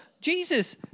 Jesus